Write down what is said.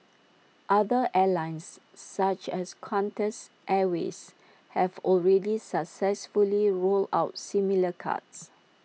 other airlines such as Qantas airways have already successfully rolled out similar cards